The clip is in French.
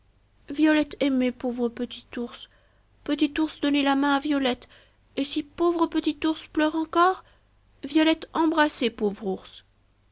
violette aimer pauvre petit ours petit ours donner la main à violette et si pauvre petit ours pleure encore violette embrasser pauvre ours